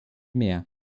mehr